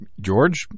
George